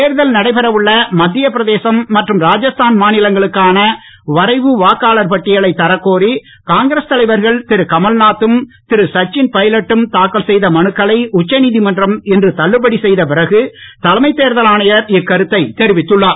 தேர்தல் நடைபெற உள்ள மத்தியப் பிரதேரம் மற்றும் ராஜஸ்தான் மாநிலங்களுக்கான வரைவு வாக்காளர்ன பட்டியலை தரக்கோரி காங்கிரஸ் தலைவர்கள் திருகமல்நாத் தும் திருசச்சின் பைலட் டும் தாக்கல் செய்த மனுக்களை உச்ச நீதிமன்றம் இன்று தள்ளுபடி செய்த பிறகு தலைமைத் தேர்தல் ஆணையர் இக்கருத்தைத் தெரிவித்துள்ளார்